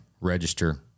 Register